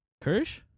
Kirsch